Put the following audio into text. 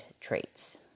traits